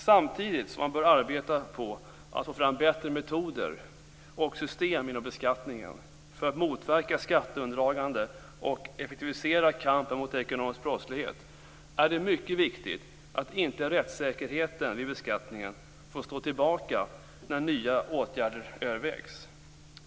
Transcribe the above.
Samtidigt som man bör arbeta på att få fram bättre metoder och system inom beskattningen för att motverka skatteundandragande och för att effektivisera kampen mot ekonomisk brottslighet är det mycket viktigt att rättssäkerheten vid beskattningen inte får stå tillbaka när nya åtgärder övervägs.